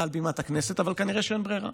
מעל בימת הכנסת, אבל כנראה שאין ברירה.